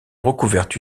recouverte